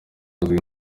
hazwi